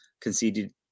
conceded